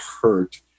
hurt